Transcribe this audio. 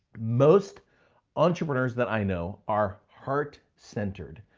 most entrepreneurs that i know are heart centered,